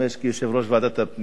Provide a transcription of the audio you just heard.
כיושב-ראש ועדת הפנים,